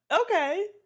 Okay